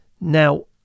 Now